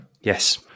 Yes